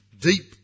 deep